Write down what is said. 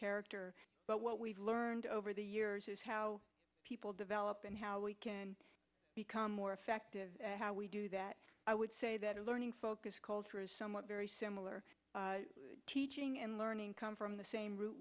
character but what we've learned over the years is how people develop and how we can become more effective how we do that i would say that learning focus culture is somewhat very similar teaching and learning come from the same root